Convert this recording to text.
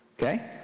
Okay